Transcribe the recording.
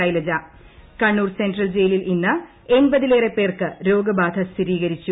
Shailaja Kannur central ജയിലിൽ ഇന്ന് എൺപതിലേറെ പേർക്ക് രോഗബാധ സ്ഥിരീകരിച്ചു